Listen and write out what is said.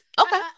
okay